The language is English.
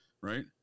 right